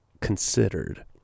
considered